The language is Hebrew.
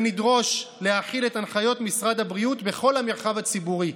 ונדרוש להחיל את הנחיות משרד הבריאות בכל המרחב הציבורי,